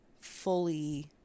fully